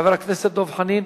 חבר הכנסת דב חנין